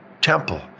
temple